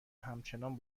همچنان